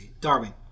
Darwin